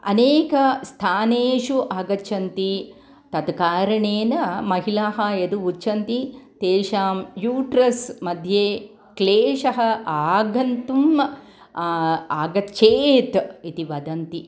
अनेक स्थानेषु आगच्छन्ति तत् कारणेन महिलाः यद् उच्चरन्ति तेषां यूट्रस्मध्ये क्लेशः आगन्तुम् आगच्छेत् इति वदन्ति